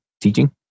teaching